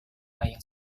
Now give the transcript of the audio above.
ayah